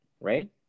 right